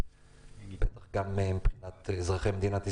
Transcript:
בטח גם מבחינת אזרחי מדינת ישראל.